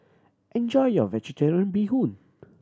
enjoy your Vegetarian Bee Hoon